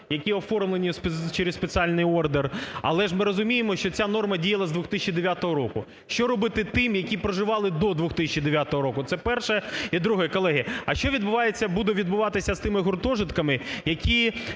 які оформлені через спеціальний ордер, але ж ми розуміємо, що ця норма діяла з 2009 року. Що робити тим, які проживали до 2009 року? Це перше. І друге. Колеги, а що відбувається… буде відбуватися з тими гуртожитками, які